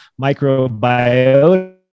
microbiota